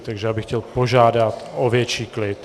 Takže bych chtěl požádat o větší klid.